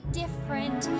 different